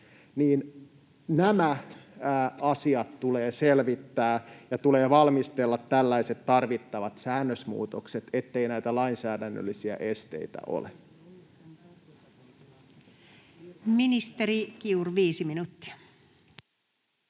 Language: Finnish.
nämä asiat tulee selvittää ja tulee valmistella tällaiset tarvittavat säännösmuutokset, ettei näitä lainsäädännöllisiä esteitä ole. Ministeri Kiuru, 5 minuuttia.